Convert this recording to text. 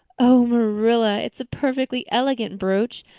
oh, marilla, it's a perfectly elegant brooch.